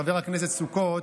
חבר הכנסת סוכות,